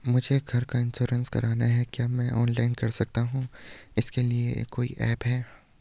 मुझे घर का इन्श्योरेंस करवाना है क्या मैं ऑनलाइन कर सकता हूँ इसके लिए कोई ऐप है?